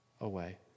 away